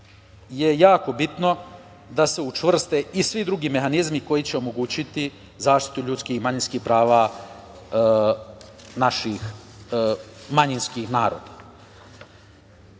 je jako bitno da se učvrste i svi drugi mehanizmi koji će omogućiti zaštitu ljudskih i manjinskih prava naših manjinskih naroda. Ja